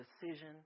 decision